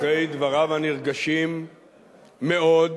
אחרי דבריו הנרגשים מאוד,